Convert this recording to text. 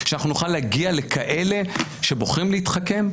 שאנחנו נוכל להגיע לכאלה שבוחרים להתחכם,